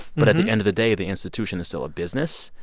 but at the end of the day, the institution is still a business.